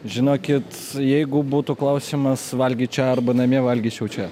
žinokit jeigu būtų klausimas valgyt čia arba namie valgyčiau čia